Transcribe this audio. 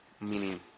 meaning